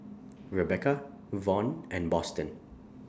Rebecca Von and Boston